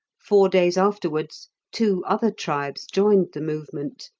four days afterwards two other tribes joined the movement,